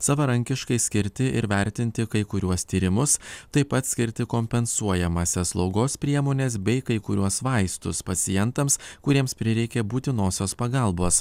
savarankiškai skirti ir vertinti kai kuriuos tyrimus taip pat skirti kompensuojamąsias slaugos priemones bei kai kuriuos vaistus pacientams kuriems prireikė būtinosios pagalbos